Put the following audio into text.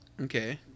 okay